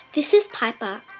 this is piper.